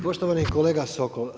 Poštovani kolega Sokol.